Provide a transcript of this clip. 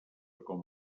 com